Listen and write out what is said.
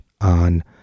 on